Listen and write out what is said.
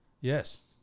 Yes